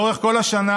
לאורך כל השנה